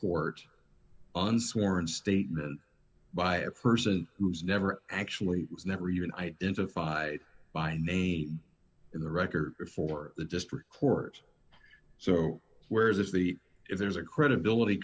court on sworn statement by a person who's never actually was never even identified by name in the record for the district court so where is the if there's a credibility